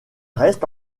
reste